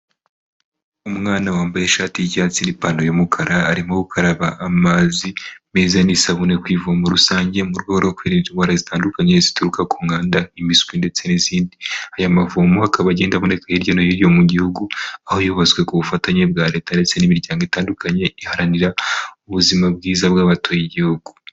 Umwana wambaye ishati y'icyatsi n'ipantaro y'umukara, arimo gukaraba amazi meza n'isabune ku ivumo rusange, mu rwego rwo kwirinda indwara zitandukanye zituruka ku mwanda nk'impiswi ndetse n'izindi. Aya mavomo akaba agenda aboneka hirya no hino mu gihugu, aho yubatswe ku bufatanye bwa Leta ndetse n'imiryango itandukanye iharanira ubuzima bwiza bw'abatuye igihugu.